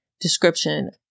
description